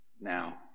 now